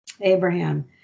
Abraham